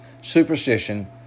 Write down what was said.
superstition